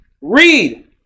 Read